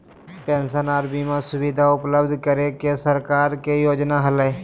pension आर बीमा सुविधा उपलब्ध करे के सरकार के योजना हलय